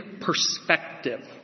perspective